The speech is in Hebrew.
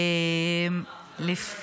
להלל ולשבח.